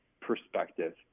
perspective